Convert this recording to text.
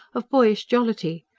of boyish jollity,